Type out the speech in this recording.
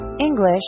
English